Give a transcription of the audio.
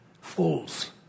fools